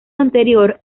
anterior